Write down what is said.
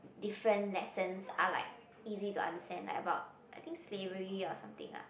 different lessons are like easy to understand like about I think slavery or something ah